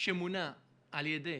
שמונה על-ידי